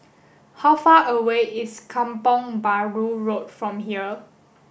how far away is Kampong Bahru Road from here